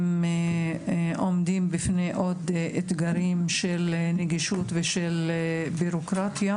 הם עומדים בפני עוד אתגרים של נגישות ושל בירוקרטיה,